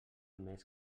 més